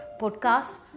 podcast